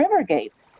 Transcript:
Rivergate